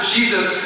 Jesus